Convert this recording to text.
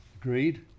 Agreed